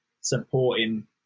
supporting